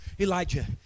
Elijah